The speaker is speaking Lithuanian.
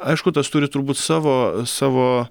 aišku tas turi turbūt savo savo